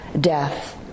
death